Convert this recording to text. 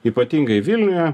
ypatingai vilniuje